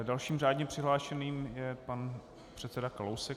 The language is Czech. Dalším řádně přihlášeným je pan předseda Kalousek.